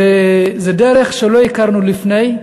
זו דרך שלא הכרנו לפני,